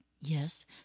Yes